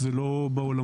זה לא שאלה.